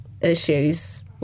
issues